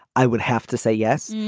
i would have to say yes.